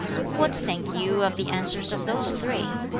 what think you of the answers of those three?